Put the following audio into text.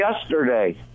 yesterday